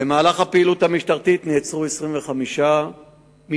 בפעילות המשטרתית נעצרו 25 מתפרעים,